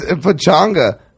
Pachanga